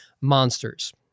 monsters